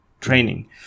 training